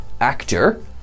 actor